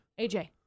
AJ